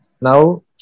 Now